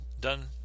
done